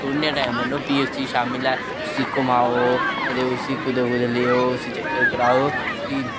थोह्ड़े निहा टैम बन्नो प्ही उसी शामीं लै उसी घुमाओ ते उसी कुदै कुदै लेओ ते चक्कर कराओ प्ही